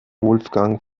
wolfgang